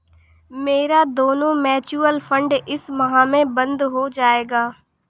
मेरा दोनों mutual fund इस माह में बंद हो जायेगा